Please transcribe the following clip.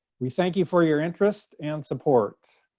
we thank you for your interest and support.